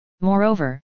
Moreover